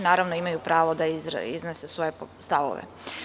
Naravno, imaju pravo da iznesu svoje stavove.